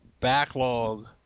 Backlog